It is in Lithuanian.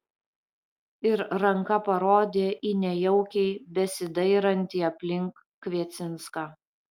ir ranka parodė į nejaukiai besidairantį aplink kviecinską